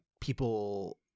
people